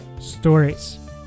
stories